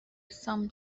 some